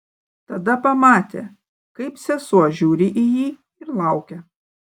tada pamatė kaip sesuo žiūri į jį ir laukia